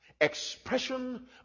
expression